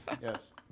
Yes